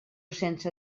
sense